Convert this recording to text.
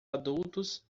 adultos